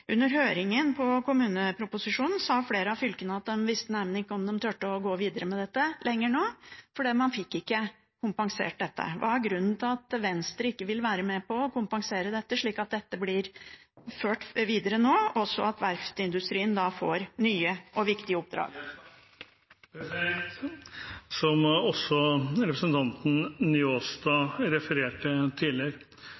Under høringen i forbindelse med kommuneproposisjonen sa flere av fylkene at de neimen ikke visste om de turte å gå videre med dette nå, fordi man ikke fikk kompensert det. Hva er grunnen til at Venstre ikke vil være med på å kompensere dette slik at det blir ført videre nå, og at verftsindustrien da får nye og viktige oppdrag? Som representanten Njåstad